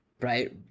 right